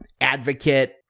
advocate